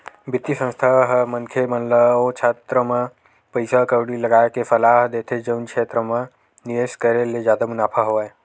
बित्तीय संस्था ह मनखे मन ल ओ छेत्र म पइसा कउड़ी लगाय के सलाह देथे जउन क्षेत्र म निवेस करे ले जादा मुनाफा होवय